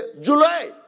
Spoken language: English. July